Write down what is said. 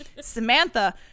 Samantha